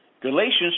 Galatians